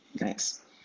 nice